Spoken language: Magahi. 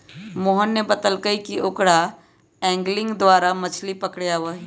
मोहन ने बतल कई कि ओकरा एंगलिंग द्वारा मछ्ली पकड़े आवा हई